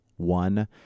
one